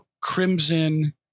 crimson